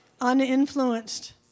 Uninfluenced